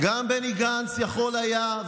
גם בני גנץ יכול היה,